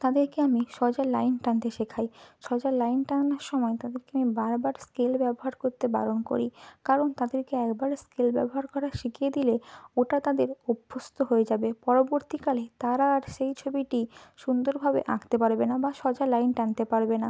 তাদেরকে আমি সোজা লাইন টানতে শেখাই সোজা লাইন টানার সময় তাদেরকে আমি বারবার স্কেল ব্যবহার করতে বারণ করি কারণ তাদেরকে একবার স্কেল ব্যবহার করা শিখিয়ে দিলে ওটা তাদের অভ্যস্ত হয়ে যাবে পরবর্তীকালে তারা আর সেই ছবিটি সুন্দরভাবে আঁকতে পারবে না বা সোজা লাইন টানতে পারবে না